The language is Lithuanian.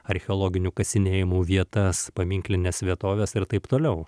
archeologinių kasinėjimų vietas paminklines vietoves ir taip toliau